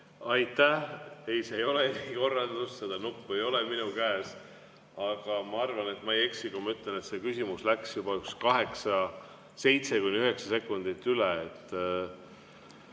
Aitäh! Ei, see ei ole erikorraldus. Ja see nupp ei ole minu käes. Aga ma arvan, et ma ei eksi, kui ma ütlen, et see küsimus läks juba 7–9 sekundit üle.